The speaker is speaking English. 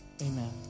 Amen